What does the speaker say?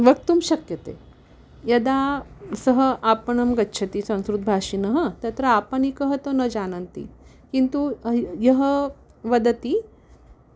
वक्तुं शक्यते यदा सः आपणं गच्छति संस्कृतभाषिणः तत्र आपणिकाः तु न जानन्ति किन्तु यः वदति